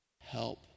help